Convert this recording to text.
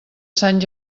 sant